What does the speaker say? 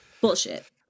Bullshit